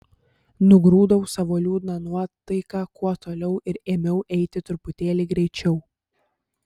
nugrūdau savo liūdną nuotaiką kuo toliau ir ėmiau eiti truputėlį greičiau